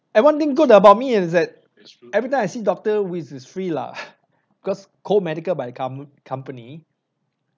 and one thing good about me is that everytime I see doctor which is free lah cause co-medical by the com~ company